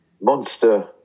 Monster